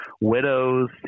widows